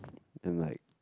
and like